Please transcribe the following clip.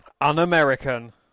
Un-American